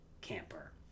camper